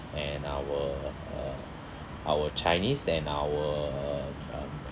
and our uh our chinese and our uh um